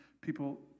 people